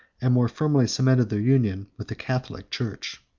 and more firmly cemented their union with the catholic church.